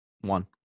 One